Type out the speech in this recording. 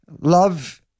love